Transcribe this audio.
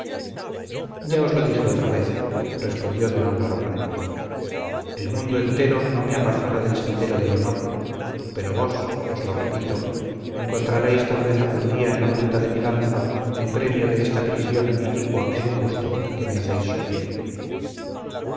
os lo dije otra vez respondió don álvaro con enojo el mundo entero no me apartará del sendero del honor pero vos os lo repito encontraréis tal vez algún día en la punta de mi lanza el premio de esta prisión inicua e injusta que me hacéis sufrir